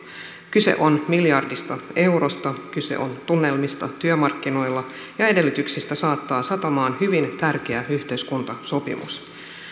kyse on miljardista eurosta kyse on tunnelmista työmarkkinoilla ja edellytyksistä saattaa satamaan hyvin tärkeä yhteiskuntasopimus